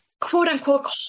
quote-unquote